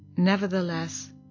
Nevertheless